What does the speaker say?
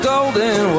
Golden